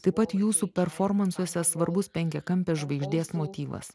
taip pat jūsų performansuose svarbus penkiakampės žvaigždės motyvas